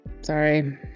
Sorry